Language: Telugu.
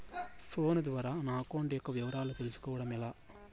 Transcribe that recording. ఫోను ద్వారా నా అకౌంట్ యొక్క వివరాలు తెలుస్కోవడం ఎలా?